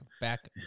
Back